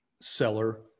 seller